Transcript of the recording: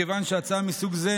מכיוון שהצעה מסוג זה,